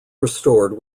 restored